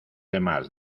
demás